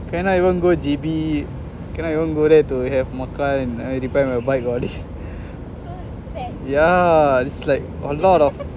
we're not even go J_B cannot even go there to have makan and ride my bike all this yeah it's like a lot of